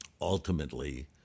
Ultimately